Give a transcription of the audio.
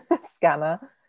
scanner